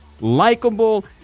likable